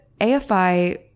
AFI